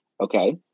Okay